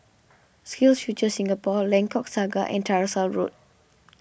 SkillsFuture Singapore Lengkok Saga and Tyersall Road